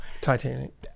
Titanic